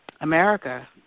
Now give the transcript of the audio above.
America